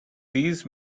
these